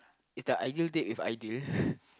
is the ideal date with an idol